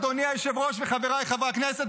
אדוני היושב-ראש וחבריי חברי הכנסת,